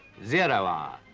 zero hour,